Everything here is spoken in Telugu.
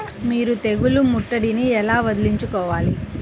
మీరు తెగులు ముట్టడిని ఎలా వదిలించుకోవాలి?